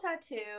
tattoo